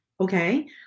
okay